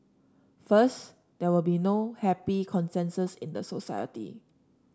first there will be no happy consensus in the society